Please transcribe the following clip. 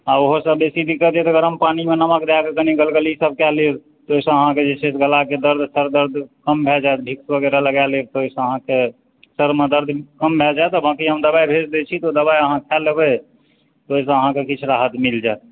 आ ओहोसँ बेसी दिक्कत यऽ तऽ गरम पानिमे नमक दए कऽ कनी गलगली सब कए लेब ताहिसँ आहाँकेँ गलाकेँ दर्द सर दर्द कम भए जायत विक्स वगैरह लगाय लेब तऽ ओहिसँ आहाँकऽ सरमे दर्द कम भए जायत आ बांँकि हम दवाइ भेज दै छी तऽ ओ दवाइ मिल जायत